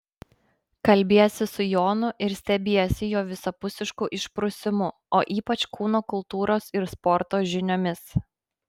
kalbiesi su jonu ir stebiesi jo visapusišku išprusimu o ypač kūno kultūros ir sporto žiniomis